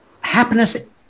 happiness